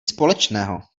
společného